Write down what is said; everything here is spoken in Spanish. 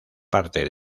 parte